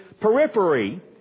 periphery